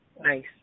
Nice